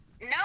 No